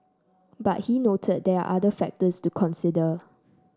but he noted there are other factors to consider